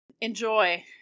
Enjoy